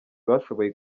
bashoboye